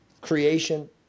creation